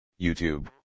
YouTube